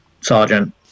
sergeant